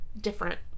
different